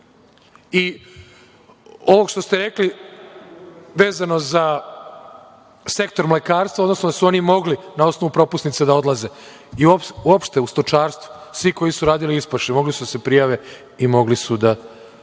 i ovog što ste rekli vezano za sektor mlekarstva, odnosno da su oni mogli na osnovu propusnice da odlaze, i uopšte u stočarstvu, svi koji su radili ispašu mogli da se prijave i mogli su da